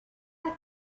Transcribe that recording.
let